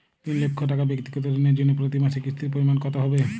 তিন লক্ষ টাকা ব্যাক্তিগত ঋণের জন্য প্রতি মাসে কিস্তির পরিমাণ কত হবে?